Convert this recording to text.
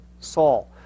Saul